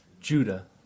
Judah